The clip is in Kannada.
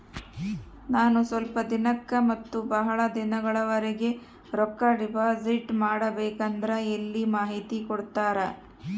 ನಾನು ಸ್ವಲ್ಪ ದಿನಕ್ಕ ಮತ್ತ ಬಹಳ ದಿನಗಳವರೆಗೆ ರೊಕ್ಕ ಡಿಪಾಸಿಟ್ ಮಾಡಬೇಕಂದ್ರ ಎಲ್ಲಿ ಮಾಹಿತಿ ಕೊಡ್ತೇರಾ?